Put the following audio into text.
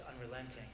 unrelenting